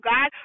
God